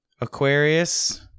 Aquarius